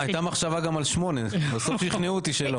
היתה מחשבה גם על שמונה אבל בסוף שכנעו אותי שלא.